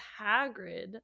Hagrid